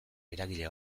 eragile